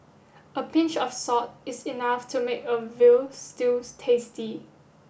a pinch of salt is enough to make a veal stews tasty